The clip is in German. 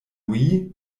louis